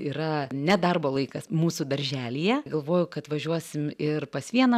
yra nedarbo laikas mūsų darželyje galvojau kad važiuosim ir pas vieną